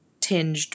tinged